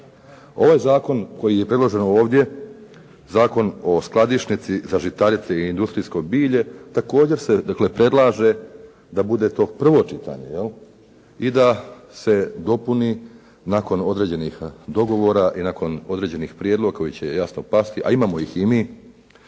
Ovaj zakon koji je predložen ovdje, Zakon o skladišnici za žitarice i industrijsko bilje također se dakle predlaže da bude to prvo čitanje jel'? I da se dopuni nakon određenih dogovora i nakon određenih prijedloga koji će jasno pasti a imamo ih i mi,